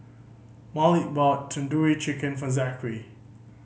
Malik bought Tandoori Chicken for Zackery